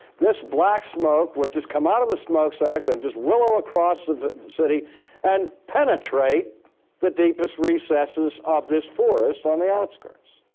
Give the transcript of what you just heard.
this black smoke would just come out of the smoke stacks and just willow across the city and penetrate the deepest recesses of this forest on the outskirts.